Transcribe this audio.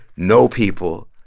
no people,